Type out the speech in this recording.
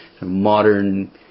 modern